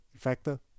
factor